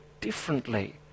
differently